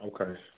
Okay